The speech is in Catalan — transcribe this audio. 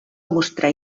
mostrar